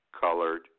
colored